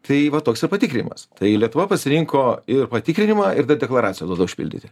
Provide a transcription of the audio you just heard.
tai va toks ir patikrinimas tai lietuva pasirinko ir patikrinimą ir dar deklaraciją užpildyti